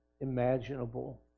imaginable